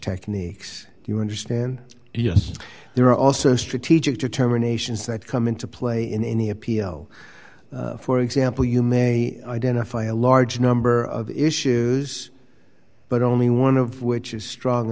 techniques you understand yes there are also strategic determinations that come into play in any appeal for example you may identify a large number of issues but only one of which is stronger